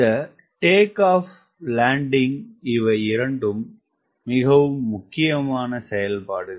இந்த take off landing இவையிரண்டும் மிகவும் முக்கியமான செயல்பாடுகள்